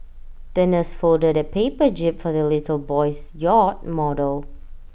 the nurse folded A paper jib for the little boy's yacht model